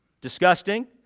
Disgusting